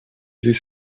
des